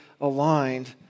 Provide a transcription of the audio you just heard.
aligned